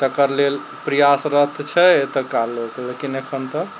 तकर लेल प्रयासरत छै एतऽका लोक लेकिन एखन तक